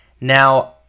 Now